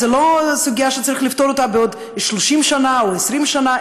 זו לא סוגיה שצריך לפתור אותה בעוד 30 שנה או 20 שנה.